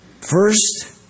First